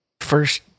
First